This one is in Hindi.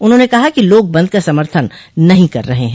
उन्होंने कहा कि लोग बंद का समर्थन नहीं कर रहे हैं